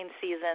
season